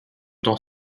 dans